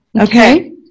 okay